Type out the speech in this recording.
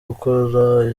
gukora